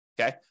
Okay